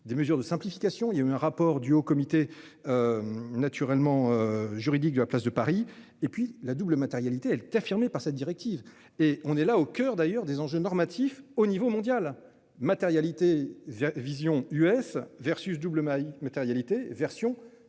des mesures de simplification. Il y a eu un rapport du Haut comité. Naturellement juridique de la place de Paris et puis la double matérialité elle t'affirmer par cette directive et on est là au coeur d'ailleurs des anges normatif au niveau mondial matérialité vision US versus double maille matérialité version